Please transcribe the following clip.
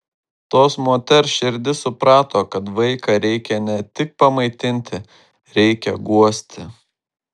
tos moters širdis suprato kad vaiką reikia ne tik pamaitinti reikia guosti